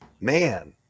man